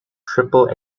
triple